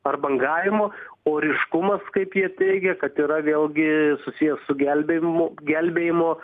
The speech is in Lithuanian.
ar bangavimo o ryškumas kaip jie teigia kad yra vėlgi susijęs su gelbėjimu gelbėjimo